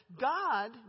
God